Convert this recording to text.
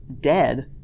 dead